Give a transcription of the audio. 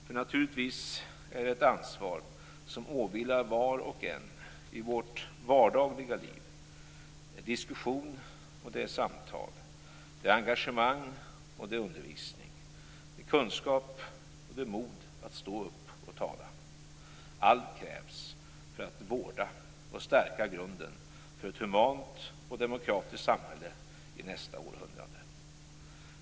För naturligtvis är det ett ansvar som åvilar var och en - i vårt vardagliga liv, i diskussion och samtal, i engagemang och undervisning, i kunskap och mod att stå upp och tala. Allt krävs för att vårda och stärka grunden för ett humant och demokratiskt samhälle i nästa århundrade.